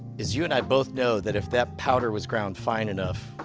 is you and i both know that if that powder was ground fine enough,